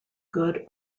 good